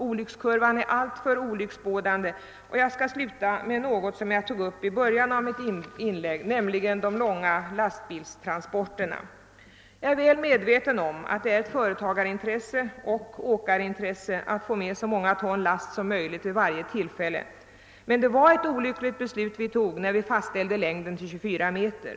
Olyckskurvan är nu alltför olycksbådande. Jag vill därför sluta med något som jag berörde i början av mitt inlägg, nämligen de långa lastbilsfordonen. Jag är väl medveten om att det är ett företagaroch åkarintresse att kunna ta med så många ton last som möjligt vid varje transport, men det var ett olyckligt beslut vi fattade när vi fastställde fordonslängden till 24 meter.